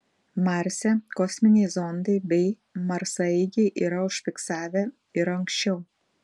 marse kosminiai zondai bei marsaeigiai yra užfiksavę ir anksčiau